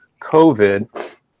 COVID